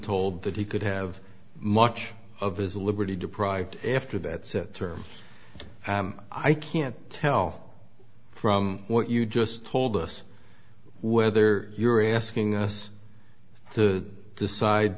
told that he could have much of his liberty deprived after that set term i can't tell from what you just told us whether you're asking us to decide